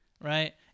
Right